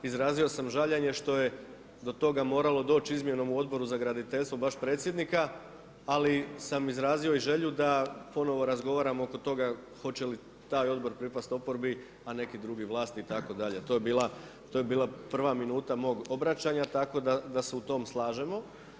Izrazio sam žaljenje što je do toga moralo doći izmjenom u Odboru za graditeljstvo baš predsjednika, ali sam izrazio i želju da ponovo razgovaramo oko toga hoće li taj odbor pripasti oporbi, a neki drugi vlasti itd., to je bila prva minuta mog obraćanja tako da se u tom slažemo.